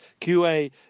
QA